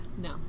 No